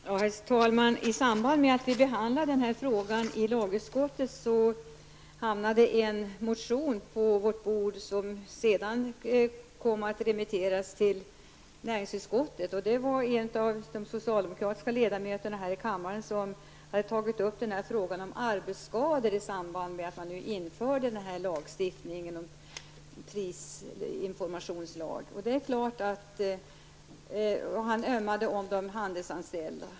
Herr talman! I samband med att vi behandlade denna fråga i lagutskottet hamnade en motion på vårt bord som sedan kom att remitteras till näringsutskottet. Det var en av de socialdemokratiska ledamöterna här i kammaren som hade tagit upp frågan om arbetsskador i samband med införandet av denna lagstiftning om prisinformation. Han ömmade för de handelsanställda.